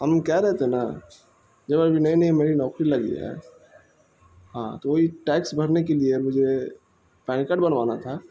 ہم کہہ رہے تھے نا جب ابھی نئی نئی میری نوکری لگی ہے ہاں تو وہی ٹیکس بھرنے کے لیے مجھے پین کارڈ بنوانا تھا